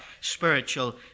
spiritual